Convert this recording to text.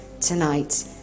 tonight